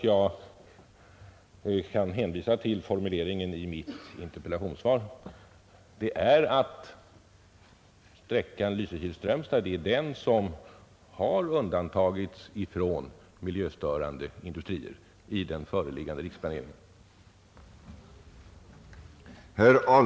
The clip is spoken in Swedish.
Jag kan hänvisa till formuleringen i mitt interpellationssvar, att det är sträckan Lysekil— Strömstad som har undantagits ifrån miljöstörande industrier i den föreliggande riksplaneringen.